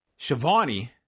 Shivani